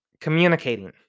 communicating